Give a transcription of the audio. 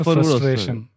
Frustration